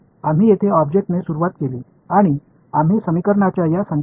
நாம் என்ன செய்தோம் என்றாள் இங்கே ஒரு பொருளை இந்த சமன்பாடுகளுடன் தொடங்கினோம்